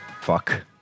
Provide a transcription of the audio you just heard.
Fuck